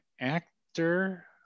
actor